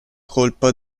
colpa